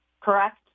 correct